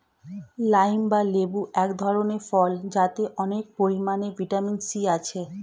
lime বা লেবু এক ধরনের ফল যাতে অনেক পরিমাণে ভিটামিন সি থাকে